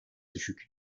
düşük